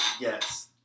Yes